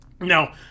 Now